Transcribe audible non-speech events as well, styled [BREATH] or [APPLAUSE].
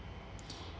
[BREATH]